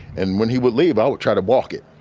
and when he would leave, i will try to walk it.